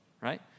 Right